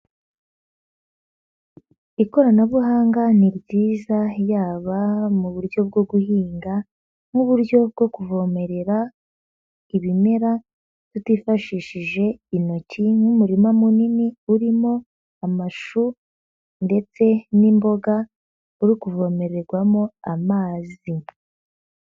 Ikoranabuhanga ni ryiza yaba mu buryo bwo guhinga nk'uburyo bwo kuvomerera ibimera tutifashishije intoki, nk'umurima munini urimo amashu ndetse n'imboga uri kuvomererwamo amazi.